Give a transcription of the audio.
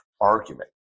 argument